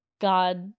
God